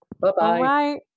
bye-bye